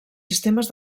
sistemes